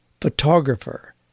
photographer